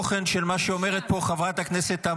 התוכן של מה שאומרת פה חברת הכנסת,